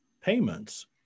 payments